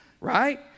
right